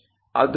ಅದು 0